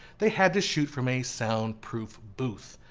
they have to shoot from a soundproof booth.